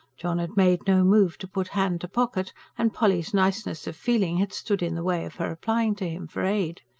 john had made no move to put hand to pocket and polly's niceness of feeling had stood in the way of her applying to him for aid.